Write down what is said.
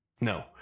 No